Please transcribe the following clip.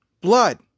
Blood